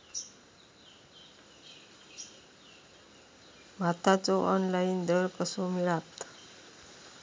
भाताचो ऑनलाइन दर कसो मिळात?